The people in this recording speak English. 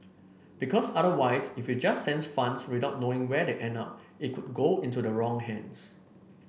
because otherwise if you just send funds without knowing where they end up it could go into the wrong hands